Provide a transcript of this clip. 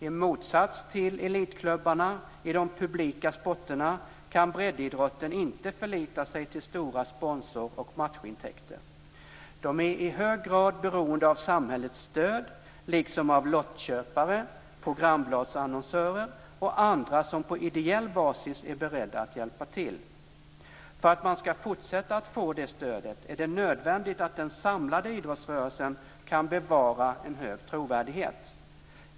I motsats till elitklubbarna i de publika sporterna kan breddidrotten inte förlita sig till stora sponsoroch matchintäkter. De är i hög grad beroende av samhällets stöd, liksom av lottköpare, programbladsannonsörer och andra som på ideell basis är beredda att hjälpa till. För att man skall fortsätta att få det stödet är det nödvändigt att den samlade idrottsrörelsen kan bevara en hög trovärdighet.